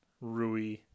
Rui